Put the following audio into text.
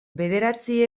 bederatzi